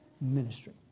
ministry